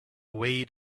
weight